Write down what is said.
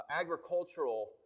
agricultural